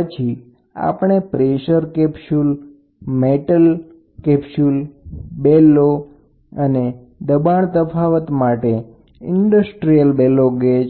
પછી આપણે pressure capsule metal bellows અને દબાણનો તફાવત માપવા માટે ઇન્ડસ્ટ્રીયલ બેલો ગેજ